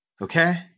Okay